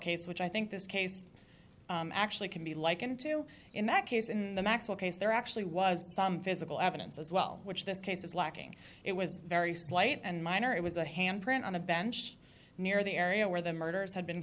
case which i think this case actually can be likened to in that case in the maxwell case there actually was some physical evidence as well which this case is lacking it was very slight and minor it was a handprint on a bench near the area where the murders had been